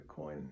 Bitcoin